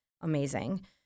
amazing